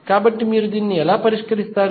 కాబట్టి మీరు ఎలా పరిష్కరిస్తారు